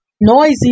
noisy